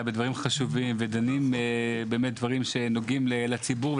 לדברים חשובים ודנים בדברים שנוגעים לציבור.